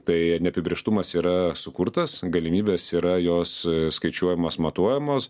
tai neapibrėžtumas yra sukurtas galimybės yra jos skaičiuojamos matuojamos